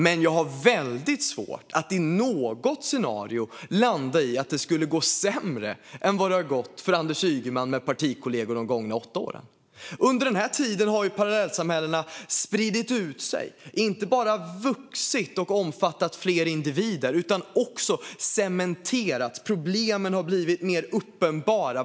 Men jag har väldigt svårt att i något scenario landa i att det skulle gå sämre än vad det har gjort för Anders Ygeman med partikollegor de gångna åtta åren. Under den här tiden har ju parallellsamhällena spridit ut sig. De har inte bara vuxit och omfattat fler individer utan också cementerat problemen, vilka har blivit mer uppenbara.